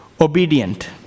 obedient